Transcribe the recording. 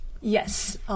Yes